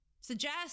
suggest